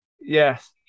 Yes